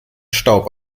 staub